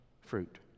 fruit